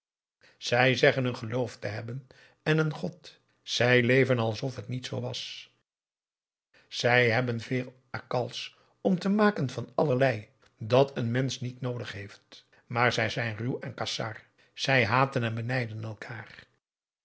zij zeggen een geloof te hebben en een god zij leven alsof het niet zoo was zij hebben veel akals om te maken van allerlei dat een mensch niet noodig heeft maar zij zijn ruw en kasar zij haten en benijden elkaar